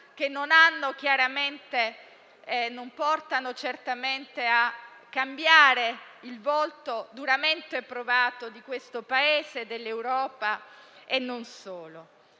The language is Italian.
però non portano certamente a cambiare il volto duramente provato di questo Paese, dell'Europa e non solo.